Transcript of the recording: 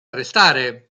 arrestare